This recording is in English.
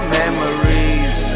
memories